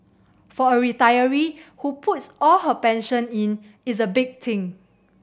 for a retiree who puts all her pension in it's a big thing